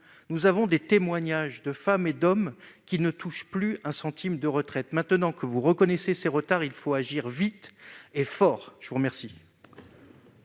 Nous avons des témoignages de femmes et d'hommes qui ne touchent plus un centime de retraite. Puisque vous reconnaissez ces retards, il faut agir vite et fort ! La parole